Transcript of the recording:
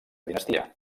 dinastia